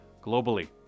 globally